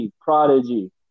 prodigy